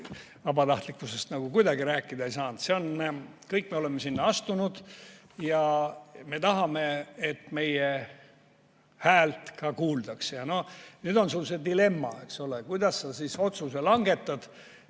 vabatahtlikkusest kohe kuidagi rääkida ei saanud. Kõik me oleme sinna astunud ja me tahame, et meie häält kuuldakse. Nüüd on meil see dilemma, eks ole, kuidas me otsuse langetame